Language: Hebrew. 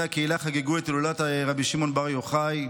הקהילה חגגו את הילולת רבי שמעון בר יוחאי.